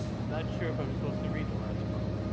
i'm not sure if i'm supposed to read the last part.